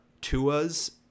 Tua's